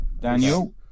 Daniel